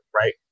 right